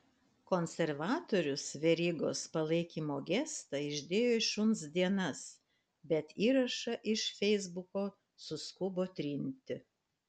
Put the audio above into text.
konservatorius verygos palaikymo gestą išdėjo į šuns dienas bet įrašą iš feisbuko suskubo trinti